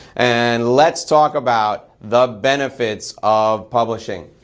and let's talk about the benefits of publishing.